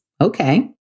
Okay